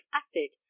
acid